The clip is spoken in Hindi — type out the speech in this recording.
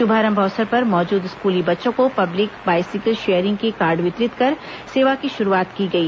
शुभारंभ अवसर पर मौजूद स्कूली बच्चों को पब्लिक बाइसिकल शेयरिंग के कार्ड वितरित कर सेवा की शुरूआत की गई